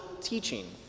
teaching